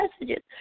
messages